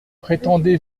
prétendez